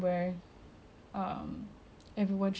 whatever they do whatever they think of